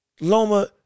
Loma